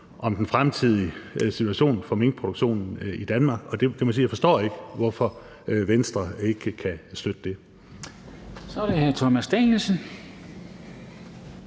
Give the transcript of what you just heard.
af den fremtidige situation for minkproduktionen i Danmark. Jeg må sige, at jeg forstår ikke, hvorfor Venstre ikke kan støtte det. Kl. 22:10 Formanden